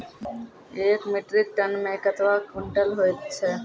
एक metric ton मे कतवा क्वींटल हैत छै?